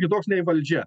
kitoks nei valdžia